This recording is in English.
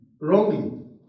wrongly